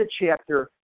chapter